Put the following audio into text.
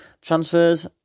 transfers